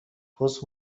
پوست